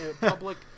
public